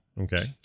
okay